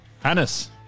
Hannes